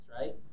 right